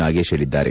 ನಾಗೇಶ್ ಹೇಳಿದ್ದಾರೆ